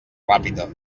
ràpita